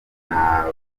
muhanda